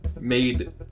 made